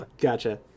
gotcha